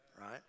right